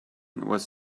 was